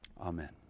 Amen